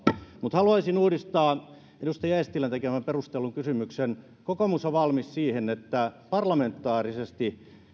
mutta haluaisin uudistaa edustaja eestilän tekemän perustellun kysymyksen kokoomus on valmis siihen että parlamentaarisesti